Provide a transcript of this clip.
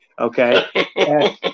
okay